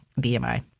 BMI